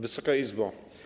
Wysoka Izbo!